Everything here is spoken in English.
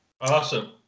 Awesome